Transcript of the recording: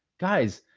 guys,